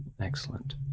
Excellent